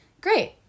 great